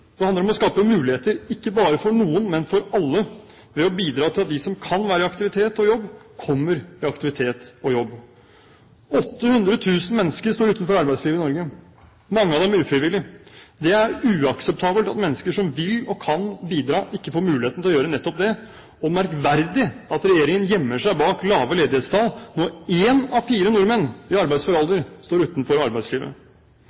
Det handler om å skape muligheter – ikke bare for noen, men for alle – ved å bidra til at de som kan være i aktivitet og jobb, kommer i aktivitet og jobb. 800 000 mennesker står utenfor arbeidslivet i Norge – mange av dem ufrivillig. Det er uakseptabelt at mennesker som vil og kan bidra, ikke får mulighet til å gjøre nettopp det, og det er merkverdig at regjeringen gjemmer seg bak lave ledighetstall når én av fire nordmenn i